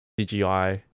CGI